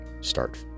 start